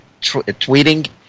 tweeting